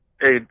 Hey